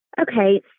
Okay